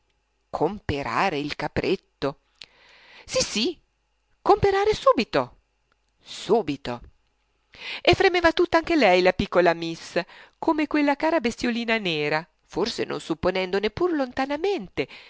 trockley comperare il capretto sì sì comperare subito subito e fremeva tutta anche lei la piccola miss come quella cara bestiolina nera forse non supponendo neppur lontanamente